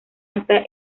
hasta